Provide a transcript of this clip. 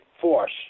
force